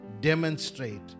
demonstrate